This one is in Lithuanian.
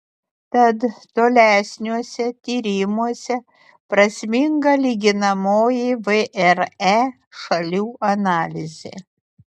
tad tolesniuose tyrimuose prasminga lyginamoji vre šalių analizė